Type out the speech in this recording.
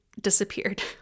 disappeared